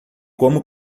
como